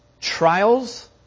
Trials